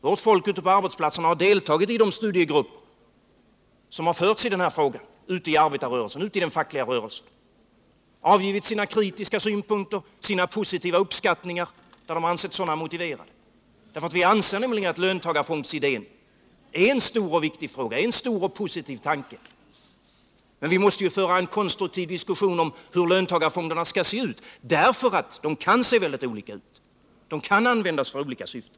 Vårt folk ute på arbetsplatserna har deltagit i de studiegrupper som har bildats för denna fråga ute i arbetarrörelsen, i den fackliga rörelsen. De har avgivit sina kritiska synpunkter och sina positiva uppskattningar, där de ansett sådana motiverade. Vi anser nämligen att löntagarfondsidén är en stor och viktig fråga, en stor och positiv tanke. Men vi måste föra en konstruktiv diskussion om hur löntagarfonderna skall se ut, därför att de kan se mycket olika ut. De kan användas för olika syften.